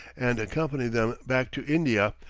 and accompany them back to india,